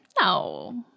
no